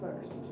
first